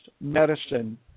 medicine